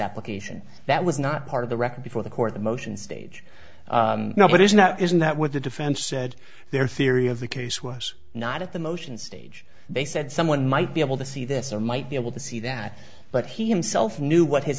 application that was not part of the record before the court the motions stage now but is not isn't that what the defense said their theory of the case was not at the motion stage they said someone might be able to see this or might be able to see that but he himself knew what his